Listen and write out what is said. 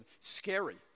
scary